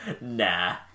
nah